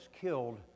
killed